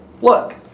look